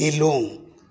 alone